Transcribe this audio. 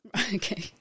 Okay